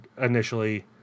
initially